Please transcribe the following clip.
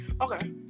okay